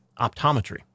optometry